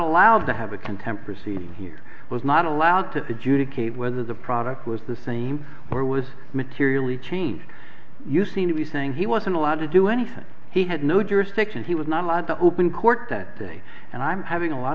allowed to have a contempt proceedings here was not allowed to adjudicate whether the product was the same or was materially changed you seem to be saying he wasn't allowed to do anything he had no jurisdiction he was not allowed to open court that day and i'm having a lot